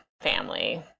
family